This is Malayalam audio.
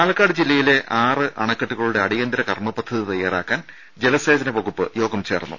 ാലക്കാട് ജില്ലയിലെ ആറ് അണക്കെട്ടുകളുടെ അടിയന്തര കർമ്മ പദ്ധതി തയ്യാറാക്കാൻ ജലസേചന വകുപ്പ് യോഗം ചേർന്നു